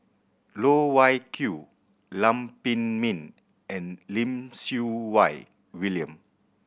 Loh Wai Kiew Lam Pin Min and Lim Siew Wai William